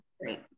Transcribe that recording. great